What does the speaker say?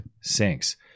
sinks